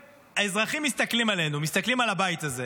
האזרחים מסתכלים עלינו, מסתכלים על הבית הזה,